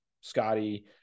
Scotty